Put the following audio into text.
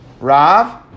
Rav